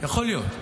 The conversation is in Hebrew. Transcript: יכול להיות.